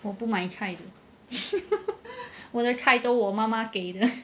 我不买菜我的菜都我妈妈给的